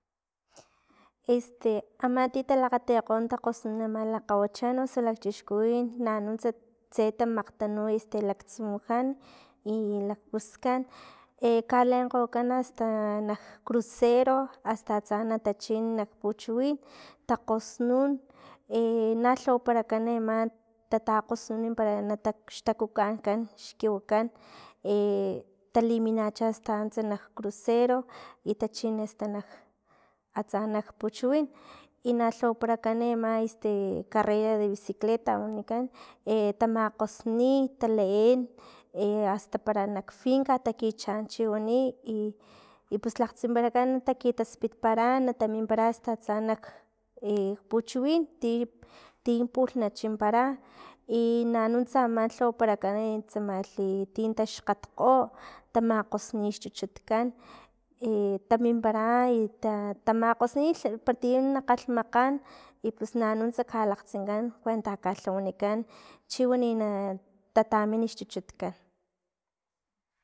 Este ama ti talakgatukgo takgosnu ama lakgawachan o lakchixkuwin nan nunts- tse ta tamakgtanu este laktsumujan i lakpuskan ka leenkgokan hasta nak crucero, hasta atsa na tachin nak puchiwin takgosnun e na lhawaparakan ema tatakgosnun para xtakukan kan xkiwi kan, taliminacha hasta ants kcrucero i ta chin asta nak atsa nak puchiwin i na lhawaparakan ama esta carrera de bicicleta wanikan tamakgosni taleen asta para nak finka takichaan chiwani y- y pus lakgtsimparakan takitaspitpara taminpara hasta atsanak, puchiwin ti- ti pulh na chinpara i na nunts amatlawaparakane tsamalhi ti taxkgatnakgo tamakgosni xchuchutkan i taminpara i ta tamakgosni para ti kgalhmakgan y pus na nunts ka lakgtsinkan kuenta ka lhawanikan chiwani na ta- tamin xchuchut kan.